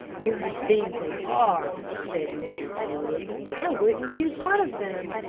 dirty things they are, said mrs. wood i wouldn't use one of them.